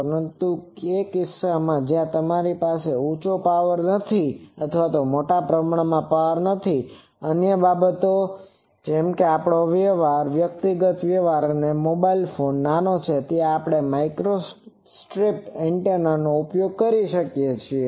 પરંતુ તે કિસ્સાઓમાં જ્યાં તમારી પાસે ઉચો પાવર નથી અથવા મોટા પ્રમાણમાં પાવર નથી અન્ય બાબતો જેમ કે આપણો વ્યવહાર વ્યક્તિગત વ્યવહાર અને જ્યાં મોબાઇલ ફોન નાના છે ત્યાં આપણે માઇક્રોસ્ટ્રીપ એન્ટેનાનો ઉપયોગ કરીએ છીએ